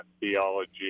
theology